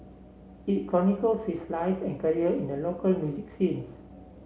it chronicles his life and career in the local music scenes